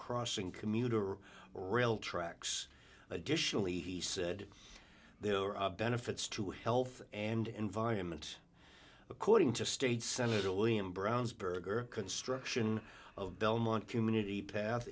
crossing commuter rail tracks additionally he said there are benefits to health and environment according to state senator william brownsburg or construction of belmont community path